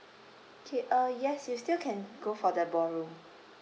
K uh yes you still can go for the ballroom